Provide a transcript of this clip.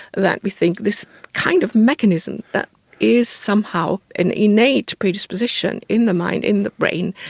that we think this kind of mechanism that is somehow an innate predisposition in the mind, in the brain,